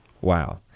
wow